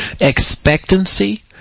Expectancy